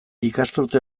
ikasturte